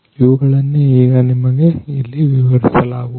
ಇವುಗಳನ್ನೇ ಈಗ ನಿಮಗೆ ಇಲ್ಲಿ ವಿವರಿಸಲಾಗುವುದು